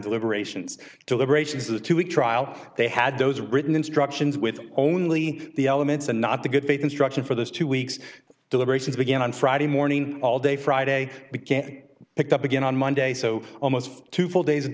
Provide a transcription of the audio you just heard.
deliberations deliberations the two week trial they had those written instructions with only the elements and not the good faith instruction for those two weeks deliberations began on friday morning all day friday to get picked up again on monday so almost two full days of